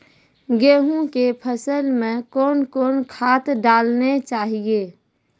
गेहूँ के फसल मे कौन कौन खाद डालने चाहिए?